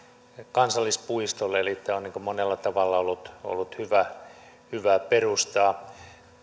kansallispuistolle eli tämä on monella tavalla ollut ollut hyvä hyvä perustaa